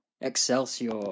Excelsior